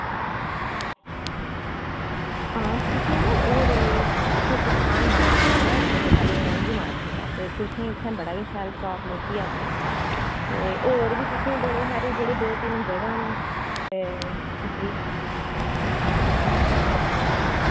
हां तुसें गी ना होर उत्थै इक खान मार्किट ऐ अवा ओह् थोह्ड़ी हारी मैंह्गी मार्किट ऐ ते तुसें उत्थै बड़ा किश शैल स्टाक लब्भी जाह्ग ते होर बी तुसें बड़े हारे जेह्ड़े दो तिन्न जगह न